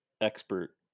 expert